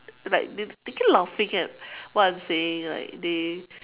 like they they keep laughing at what I'm saying like they